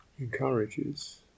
encourages